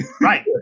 Right